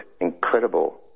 incredible